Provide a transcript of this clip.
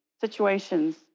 situations